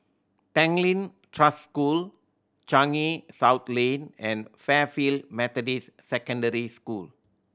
Tanglin Trust School Changi South Lane and Fairfield Methodist Secondary School